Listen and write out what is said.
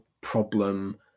problem